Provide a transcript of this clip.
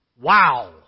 Wow